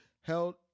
held